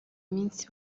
iminsi